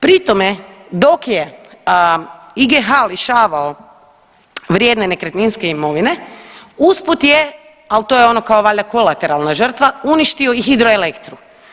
Pri tome dok je IGH lišavao vrijedne nekretninske imovine, usput je, al' to je ono, kao, valjda, kolateralna žrtva, uništio i Hidroelektru.